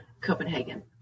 Copenhagen